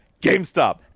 GameStop